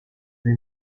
lui